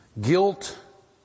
Guilt